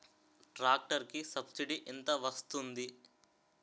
Tractor కి subsidy ఎంత వస్తుంది?